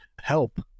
help